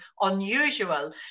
unusual